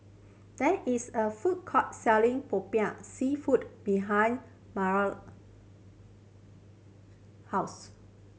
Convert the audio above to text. there is a food court selling Popiah Seafood behind house